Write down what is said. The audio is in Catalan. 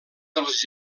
dels